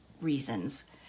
reasons